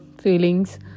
feelings